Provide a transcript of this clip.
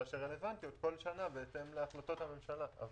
שרלוונטיות כל שנה בהתאם להחלטות הממשלה,